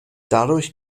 dadurch